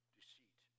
deceit